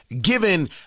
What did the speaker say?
given